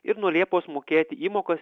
ir nuo liepos mokėti įmokas